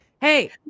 Hey